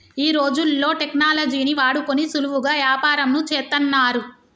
ఈ రోజుల్లో టెక్నాలజీని వాడుకొని సులువుగా యాపారంను చేత్తన్నారు